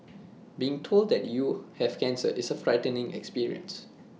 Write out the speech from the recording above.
being told that you have cancer is A frightening experience